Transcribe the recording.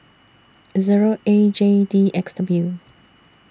Zero A J D X W